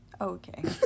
okay